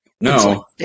No